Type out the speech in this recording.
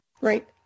Right